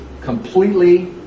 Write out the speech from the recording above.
Completely